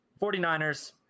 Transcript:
49ers